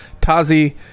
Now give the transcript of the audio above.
Tazi